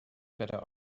better